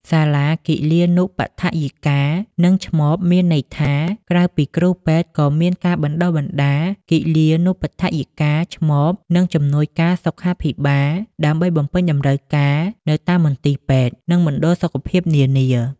សាលាគិលានុបដ្ឋាយិកា និងឆ្មប មានន័យថា ក្រៅពីគ្រូពេទ្យក៏មានការបណ្ដុះបណ្ដាលគិលានុបដ្ឋាយិកា ឆ្មប និងជំនួយការសុខាភិបាល ដើម្បីបំពេញតម្រូវការនៅតាមមន្ទីរពេទ្យ និងមណ្ឌលសុខភាពនានា។